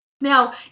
Now